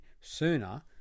sooner